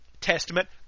testament